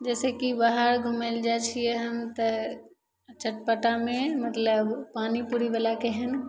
जइसेकि बाहर घुमै ले जाइ छिए हन तऽ चटपटामे मतलब पानी पूड़ीवलाके हन